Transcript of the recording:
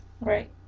Right